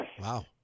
Wow